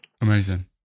Amazing